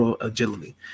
agility